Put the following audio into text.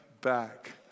back